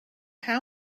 how